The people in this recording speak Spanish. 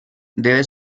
debe